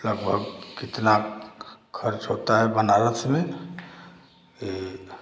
लगभग कितना खर्च होता है बनारस में एक